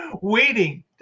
waiting